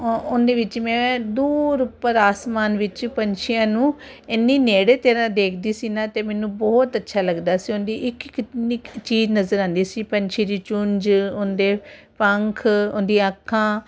ਓ ਉਹਦੇ ਵਿੱਚ ਮੈਂ ਦੂਰ ਉੱਪਰ ਆਸਮਾਨ ਵਿੱਚ ਪੰਛੀਆਂ ਨੂੰ ਇੰਨੀ ਨੇੜੇ ਤੇ ਨਾ ਦੇਖਦੀ ਸੀ ਨਾ ਅਤੇ ਮੈਨੂੰ ਬਹੁਤ ਅੱਛਾ ਲੱਗਦਾ ਸੀ ਉਹਦੀ ਇੱਕ ਕਿੰਨੀ ਕੁ ਚੀਜ਼ ਨਜ਼ਰ ਆਉਂਦੀ ਸੀ ਪੰਛੀ ਦੀ ਚੁੰਝ ਉਹਦੇ ਪੰਖ ਉਹਦੀਆਂ ਅੱਖਾਂ